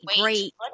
great